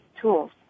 tools